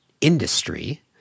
industry